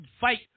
fight